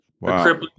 Wow